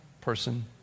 person